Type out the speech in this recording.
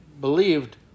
believed